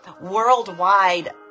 worldwide